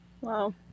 Wow